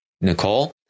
nicole